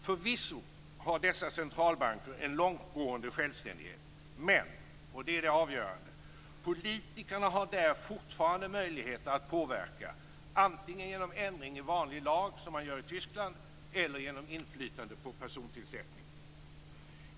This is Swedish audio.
Förvisso har dessa centralbanker en långtgående självständighet, men, och det är det avgörande, politikerna har där fortfarande möjligheter att påverka antingen genom ändring i vanlig lag, som man gör i Tyskland, eller genom inflytande på persontillsättning.